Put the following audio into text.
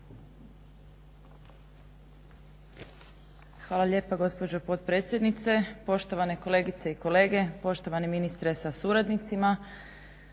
Hvala lijepa gospođo potpredsjednice, poštovane kolegice i kolege, poštovani ministre sa suradnicima.